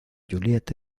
juliette